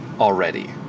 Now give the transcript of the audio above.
already